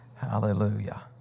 Hallelujah